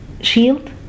shield